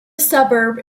suburb